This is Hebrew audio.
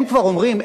הם כבר אומרים,